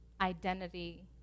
identity